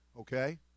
okay